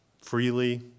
freely